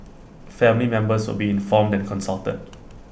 family members would be informed and consulted